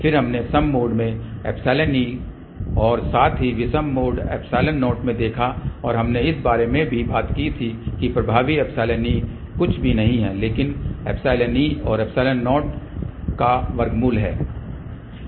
फिर हमने सम मोड में εe और साथ ही विषम मोड ε0 में देखा और हमने इस बारे में भी बात की थी कि प्रभावी εe कुछ भी नहीं है लेकिन εe और ε0 का वर्गमूल है